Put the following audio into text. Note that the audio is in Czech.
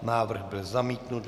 Návrh byl zamítnut.